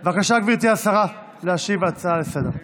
בבקשה, גברתי השרה, להשיב על ההצעה לסדר-היום.